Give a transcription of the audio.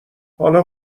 حالا